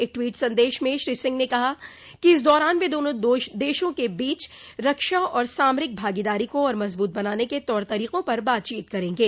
एक टवीट संदेश में श्री सिंह ने कहा कि इस दौरान वे दोनों देशों के बीच रक्षा और सामरिक भागीदारी को और मजबूत बनाने के तौर तरीकों पर बातचीत करेंगे